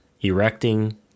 erecting